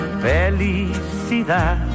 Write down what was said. felicidad